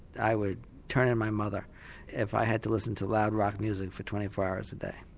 i would turn in my mother if i had to listen to loud rock music for twenty four hours a day.